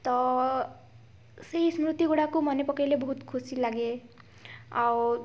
ତ ସେଇ ସ୍ମୃତିଗୁଡ଼ାକୁ ମନେ ପକେଇଲେ ବହୁତ ଖୁସି ଲାଗେ ଆଉ